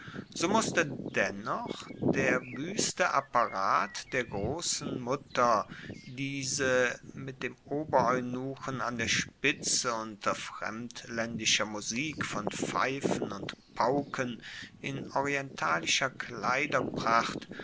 so musste dennoch der wueste apparat der grossen mutter diese mit dem obereunuchen an der spitze unter fremdlaendischer musik von pfeifen und pauken in orientalischer